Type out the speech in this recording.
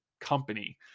company